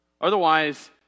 Otherwise